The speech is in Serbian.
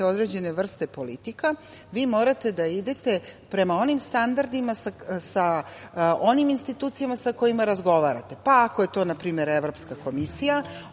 određene vrste politika vi morate da idete prema onim standardima, sa onim institucijama sa kojima razgovarate. Pa, ako je to, na primer, Evropska komisija